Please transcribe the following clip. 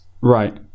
right